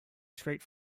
straight